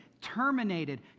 terminated